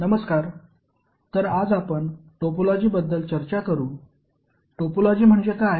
नमस्कार तर आज आपण टोपोलॉजी बद्दल चर्चा करू टोपोलॉजी म्हणजे काय